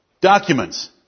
documents